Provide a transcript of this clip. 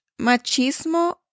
machismo